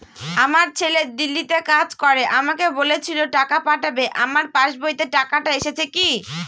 আমার ছেলে দিল্লীতে কাজ করে আমাকে বলেছিল টাকা পাঠাবে আমার পাসবইতে টাকাটা এসেছে কি?